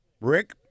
Rick